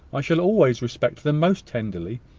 i shall always respect them most tenderly